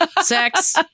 Sex